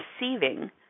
receiving